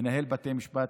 מנהל בתי המשפט,